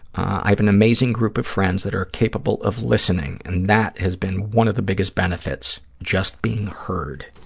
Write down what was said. i have an amazing group of friends that are capable of listening, and that has been one of the biggest benefits, just being heard.